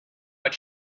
but